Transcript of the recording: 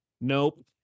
Nope